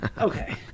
Okay